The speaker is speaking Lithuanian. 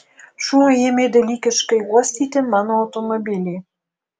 šuo ėmė dalykiškai uostyti mano automobilį